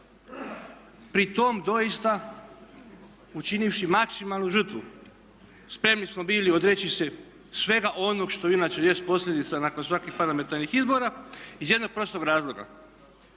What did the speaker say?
pri tome doista učinivši maksimalnu žrtvu spremni smo bili odreći se svega onog što inače jest posljedica nakon svakih parlamentarnih izbora iz jednog prostog razloga,